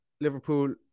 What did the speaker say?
Liverpool